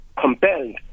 compelled